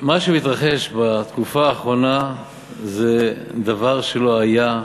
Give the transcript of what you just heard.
מה שמתרחש בתקופה האחרונה זה דבר שלא היה,